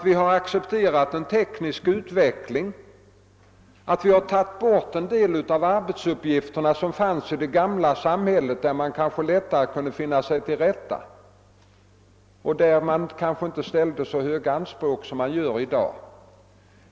Vi har ju accepterat en teknisk utveckling som har tagit bort en del av de arbetsuppgifter som fanns i det gamla samhället, där man kanske lättare kunde finna sig till rätta och där det inte ställdes så höga krav som nu för tiden.